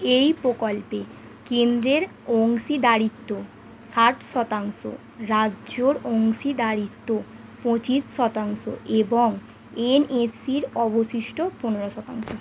এই প্রকল্পে কেন্দ্রের অংশীদারিত্ব ষাট শতাংশ রাজ্যর অংশীদারিত্ব পঁচিশ শতাংশ এবং এন এস সির অবশিষ্ট পনেরো শতাংশ